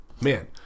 man